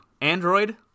Android